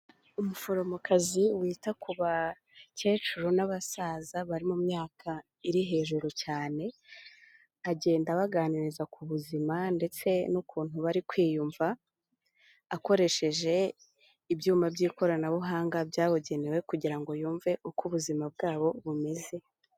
Umuforomokazi wita ku bakecuru n'abasaza bari mu myaka iri hejuru cyane, agenda abaganiriza ku buzima ndetse n'ukuntu bari kwiyumva, akoresheje ibyuma by'ikoranabuhanga byabugenewe kugira ngo yumve uko ubuzima bwabo bumeze.